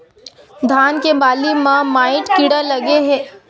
धान के बालि म माईट कीड़ा लगे से बालि कइसे दिखथे?